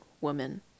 woman